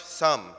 sum